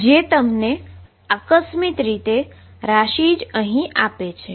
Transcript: જે તમને તે આકસ્મિત રીતે ક્વોંટીટી જ અહીં આપે છે